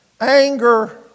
anger